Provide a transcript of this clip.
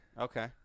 Okay